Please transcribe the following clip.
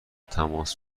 تماس